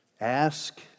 Ask